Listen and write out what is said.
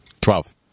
Twelve